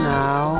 now